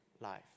life